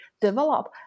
develop